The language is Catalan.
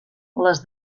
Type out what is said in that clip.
les